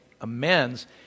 amends